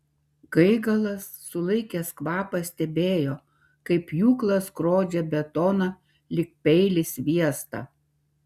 gaigalas sulaikęs kvapą stebėjo kaip pjūklas skrodžia betoną lyg peilis sviestą